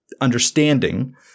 understanding